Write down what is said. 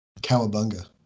Cowabunga